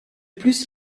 plus